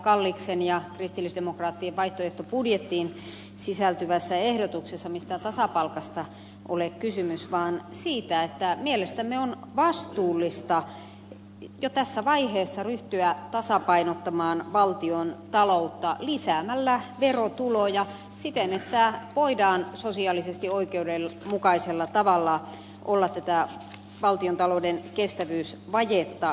kalliksen ja kristillisdemokraattien vaihtoehtobudjettiin sisältyvässä ehdotuksessa mistään tasapalkasta ole kysymys vaan siitä että mielestämme on vastuullista jo tässä vaiheessa ryhtyä tasapainottamaan valtiontaloutta lisäämällä verotuloja siten että voidaan sosiaalisesti oikeudenmukaisella tavalla olla tätä valtiontalouden kestävyysvajetta korjaamassa